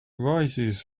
rises